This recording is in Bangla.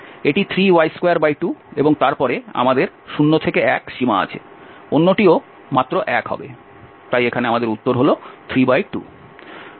এটি 3y22 এবং তারপরে আমাদের 0 থেকে 1 সীমা আছে অন্যটিও মাত্র 1 হবে তাই এখানে আমাদের উত্তর 32